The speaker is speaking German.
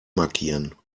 markieren